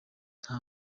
nta